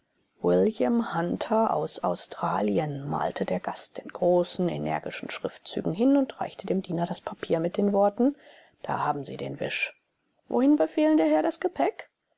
william hunter aus australien malte der gast in großen energischen schriftzügen hin und reichte dem diener das papier mit den worten da haben sie den wisch wohin befehlen der herr das gepäck